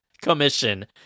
commission